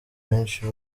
benshi